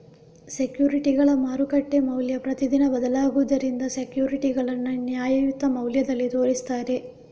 ಸೆಕ್ಯೂರಿಟಿಗಳ ಮಾರುಕಟ್ಟೆ ಮೌಲ್ಯ ಪ್ರತಿದಿನ ಬದಲಾಗುದರಿಂದ ಸೆಕ್ಯೂರಿಟಿಗಳನ್ನ ನ್ಯಾಯಯುತ ಮೌಲ್ಯದಲ್ಲಿ ತೋರಿಸ್ತಾರೆ